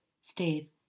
Steve